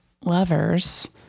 lovers